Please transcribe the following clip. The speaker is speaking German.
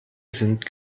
sind